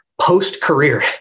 post-career